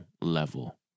level